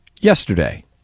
yesterday